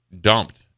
dumped